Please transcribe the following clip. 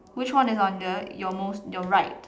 which is one is on the your most your right